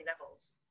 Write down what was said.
levels